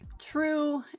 True